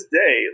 day